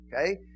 Okay